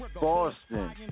Boston